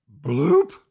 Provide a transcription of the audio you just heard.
Bloop